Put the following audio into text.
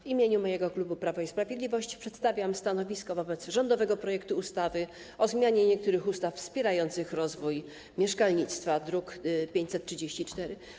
W imieniu mojego klubu, klubu Prawo i Sprawiedliwość, przedstawiam stanowisko wobec rządowego projektu ustawy o zmianie niektórych ustaw wspierających rozwój mieszkalnictwa, druk nr 534.